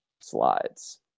slides